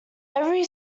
every